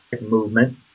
movement